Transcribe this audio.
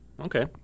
Okay